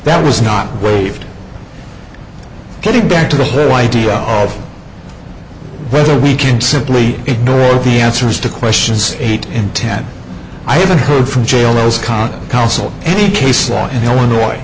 that was not waived getting back to the idea of whether we can simply ignore the answers to questions eight in ten i haven't heard from jails caught counsel any case law in illinois